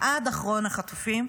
החטופים, עד אחרון החטופים.